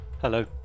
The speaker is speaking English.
Hello